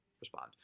respond